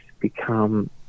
become